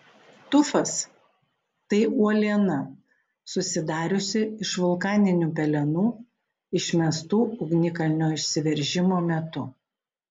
tufas tai uoliena susidariusi iš vulkaninių pelenų išmestų ugnikalnio išsiveržimo metu